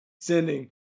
sending